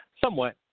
Somewhat